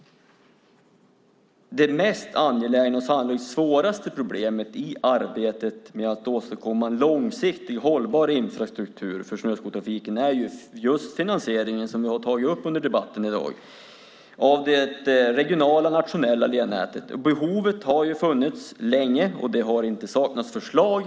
Det mest angelägna och sannolikt svåraste problemet i arbetet med att åstadkomma en långsiktigt hållbar infrastruktur för snöskotertrafiken är just finansieringen, som vi har tagit upp under debatten i dag. Det handlar då om det regionala och det nationella lednätet. Behovet har funnits länge, och det har inte saknats förslag.